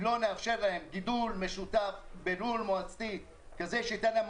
אם לא נאפשר להם גידול משותף בלול מועצתי שייתן להם